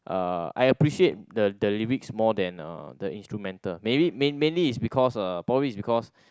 uh I appreciate the the lyrics more than uh the instrumental maybe mainly is because probably is because